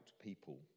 people